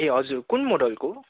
ए हजुर कुन मोडलको